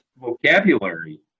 vocabulary